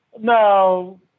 No